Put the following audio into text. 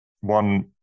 one